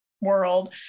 world